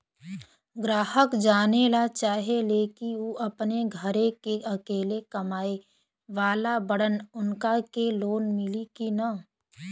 ग्राहक जानेला चाहे ले की ऊ अपने घरे के अकेले कमाये वाला बड़न उनका के लोन मिली कि न?